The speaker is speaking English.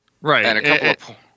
Right